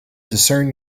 discern